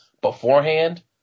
beforehand